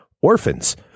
Orphans